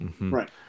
right